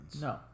No